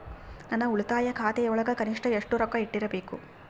ನನ್ನ ಉಳಿತಾಯ ಖಾತೆಯೊಳಗ ಕನಿಷ್ಟ ಎಷ್ಟು ರೊಕ್ಕ ಇಟ್ಟಿರಬೇಕು?